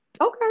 Okay